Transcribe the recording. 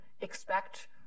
expect